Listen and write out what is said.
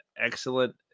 excellent